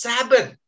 Sabbath